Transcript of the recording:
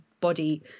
body